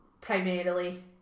primarily